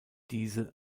diese